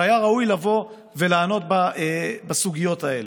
שהיה ראוי שיבוא לענות בסוגיות האלה.